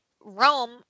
Rome